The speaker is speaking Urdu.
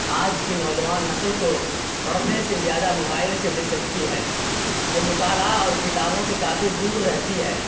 آج کی نوجوان نسل کو پڑھنے سے زیادہ موبائل سے دلچسپی ہے وہ مطالعہ اور کتابوں سے کافی دور رہتی ہے